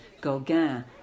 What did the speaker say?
Gauguin